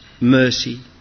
mercy